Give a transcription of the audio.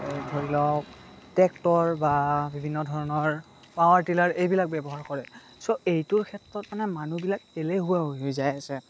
ধৰি লওক ট্ৰেক্টৰ বা বিভিন্ন ধৰণৰ পাৱাৰটিলাৰ এইবিলাক ব্যৱহাৰ কৰে চ' এইটোৰ ক্ষেত্ৰত মানে মানুহবিলাক এলেহুৱা হৈ হৈ যাই আছে